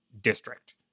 district